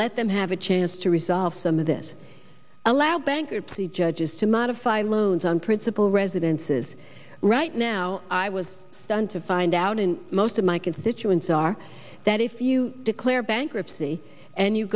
let them have a chance to resolve some of this allow bankruptcy judges to modify loans on principle residences right now i was stunned to find out and most of my constituents are that if you declare bankruptcy and you